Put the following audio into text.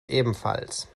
ebenfalls